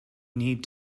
need